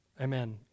Amen